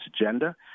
Agenda